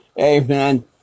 Amen